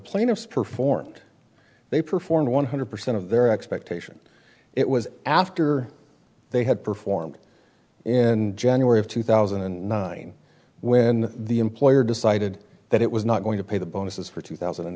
plaintiffs perform and they performed one hundred percent of their expectation it was after they had performed in january of two thousand and nine when the employer decided that it was not going to pay the bonuses for two thousand and